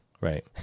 Right